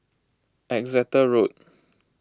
Exeter Road